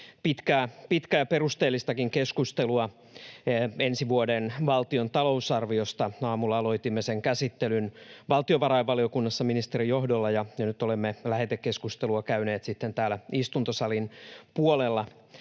pitkää ja perusteellistakin keskustelua ensi vuoden valtion talousarviosta. Aamulla aloitimme sen käsittelyn valtiovarainvaliokunnassa ministerin johdolla, ja nyt olemme lähetekeskustelua käyneet sitten täällä istuntosalin puolella.